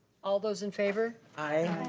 all those in favor? aye.